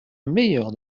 meilleur